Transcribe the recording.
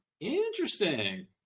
Interesting